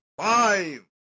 five